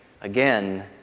again